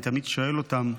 אני תמיד שואל אותם: